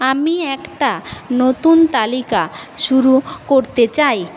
আমি একটা নতুন তালিকা শুরু করতে চাই